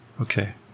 okay